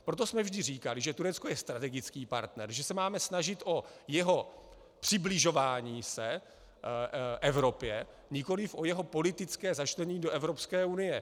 Proto jsme vždy říkali, že Turecko je strategický partner, že se máme snažit o jeho přibližování se Evropě, nikoliv o jeho politické začlenění do Evropské unie.